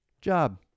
job